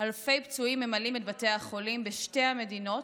פצועים ממלאים את בתי החולים בשתי המדינות,